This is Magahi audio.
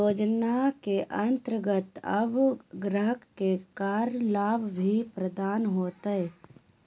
योजना के अंतर्गत अब ग्राहक के कर लाभ भी प्रदान होतय